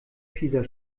pisa